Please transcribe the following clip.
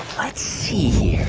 let's see here.